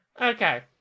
Okay